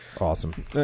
Awesome